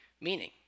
Meaning